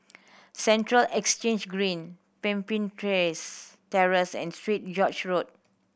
Central Exchange Green Pemimpin Terrace and Street George Road